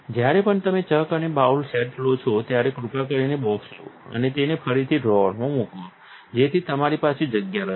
જ્યારે પણ તમે ચક અને બાઉલ સેટ લો છો ત્યારે કૃપા કરીને બોક્સ લો અને તેને ફરીથી ડ્રોઅરમાં મૂકો જેથી તમારી પાસે જગ્યા રહે